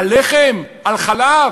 על לחם, על חלב,